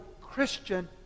Christian